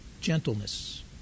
Gentleness